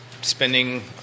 spending